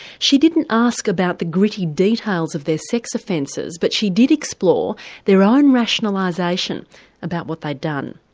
she didn't ask about the gritty details of their sex offences, but she did explore their own rationalisation about what they'd done.